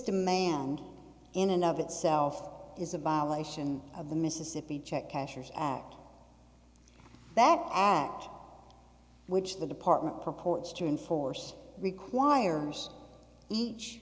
demand in and of itself is a violation of the mississippi check cashers act that act which the department purports to enforce requires each